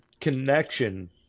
connection